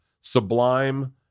Sublime